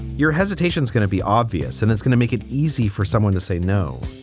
your hesitation is going to be obvious and it's going to make it easy for someone to say no.